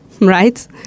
right